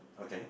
okay